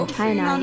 China